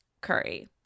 curry